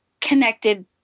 connected